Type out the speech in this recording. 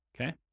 Okay